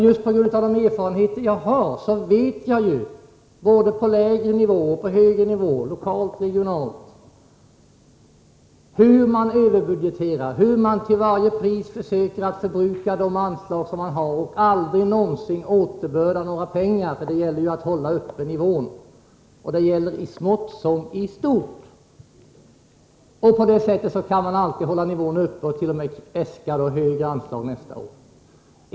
Just på grund av de erfarenheter jag har vet jag — både när det gäller lägre och högre nivåer, lokalt och regionalt — hur man överbudgeterar, hur man till varje pris söker förbruka de anslag man har fått och att man aldrig någonsin återbördar några pengar, eftersom man vill hålla nivån uppe. Detta gäller i smått som i stort. På detta sätt kan man alltid hålla nivån uppe och t.o.m. äska högre anslag för kommande år.